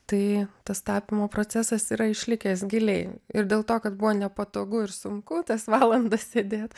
tai tas tapymo procesas yra išlikęs giliai ir dėl to kad buvo nepatogu ir sunku tas valandas sėdėt